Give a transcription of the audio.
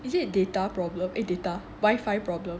is it data problem eh data wi-fi problem